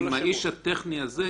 אם האיש הטכני הזה,